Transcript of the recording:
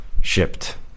Shipped